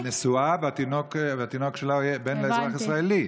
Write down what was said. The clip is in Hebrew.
היא נשואה, והתינוק שלה הוא בן לאזרח ישראלי.